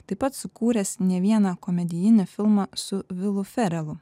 taip pat sukūręs ne vieną komedijinį filmą su vilu ferelu